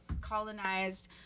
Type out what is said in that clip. colonized